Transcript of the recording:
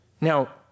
Now